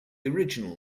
original